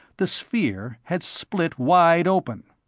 the sphere had split wide open.